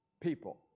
People